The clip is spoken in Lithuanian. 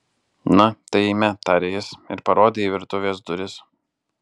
na tai eime tarė jis ir parodė į virtuvės duris